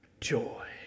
joy